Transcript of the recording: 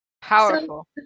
Powerful